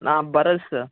Bharat sir